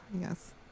yes